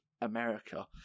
America